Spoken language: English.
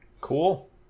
Cool